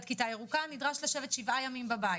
כיתה ירוקה נדרש לשבת שבעה ימים בבית.